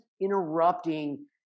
interrupting